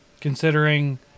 considering